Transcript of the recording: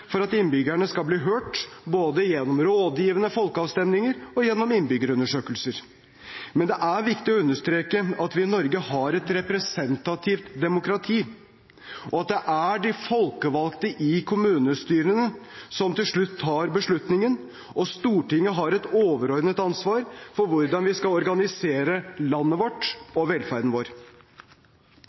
for at innbyggerne skal bli hørt, både gjennom rådgivende folkeavstemninger og gjennom innbyggerundersøkelser. Men det er viktig å understreke at vi i Norge har et representativt demokrati, at det er de folkevalgte i kommunestyrene som til slutt tar beslutningen, og at Stortinget har et overordnet ansvar for hvordan vi skal organisere landet vårt og velferden vår.